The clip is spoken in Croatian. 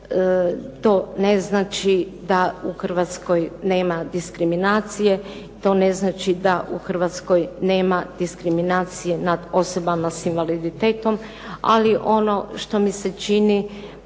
to ne znači da u Hrvatskoj nema diskriminacije, to ne znači da u Hrvatskoj nema diskriminacije nad osobama s invaliditetom, ali ono što mi se čini